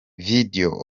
video